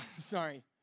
sorry